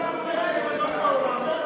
אין לך טיעונים יותר טובים מזה שכתב אמריקני כתב?